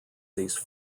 these